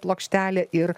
plokštelė ir